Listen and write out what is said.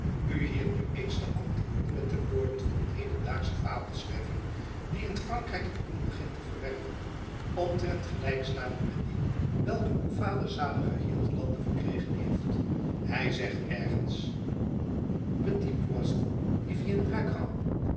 hier nu eens te antwoorden met de woorden van een hedendaagschen fabelschrijver die in frankrijk een roem begint te verwerven omtrent gelijk staande met dien welken uw vader zaliger hier te lande verkregen heeft hy zegt ergens petit